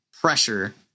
pressure